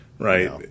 Right